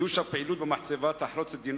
חידוש הפעילות במחצבה תחרוץ את דינו